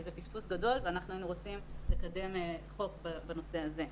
וזה פספוס גדול ואנחנו היינו רוצים לקדם חוק בנושא הזה.